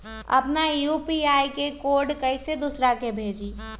अपना यू.पी.आई के कोड कईसे दूसरा के भेजी?